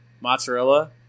mozzarella